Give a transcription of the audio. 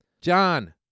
John